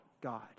God